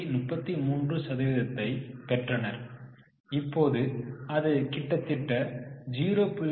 33 சதவீதத்தை பெற்றனர் இப்போது அது கிட்டத்தட்ட 0